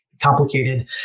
complicated